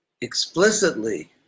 explicitly